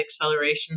acceleration